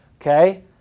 okay